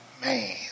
man